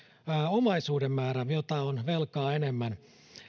omaisuuden määrä jota on velkaa enemmän